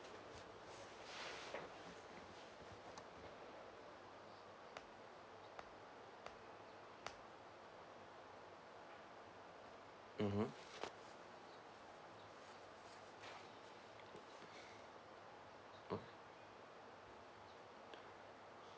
mmhmm mm